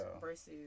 versus